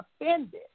offended